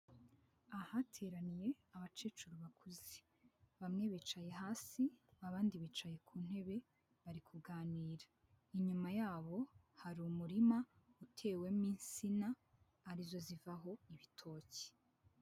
Ahateraniye abakecuru bakuze bamwe bicaye hasi abandi bicaye ku ntebe bari kuganira, inyuma yabo hari umurima utewemo insina arizo zivaho ibitoki.